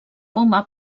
poma